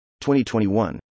2021